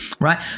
Right